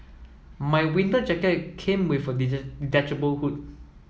my winter jacket came with a detachable hood